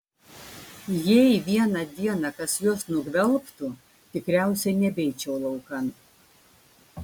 jei vieną dieną kas juos nugvelbtų tikriausiai nebeičiau laukan